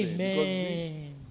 Amen